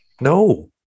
No